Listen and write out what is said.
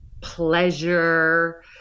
pleasure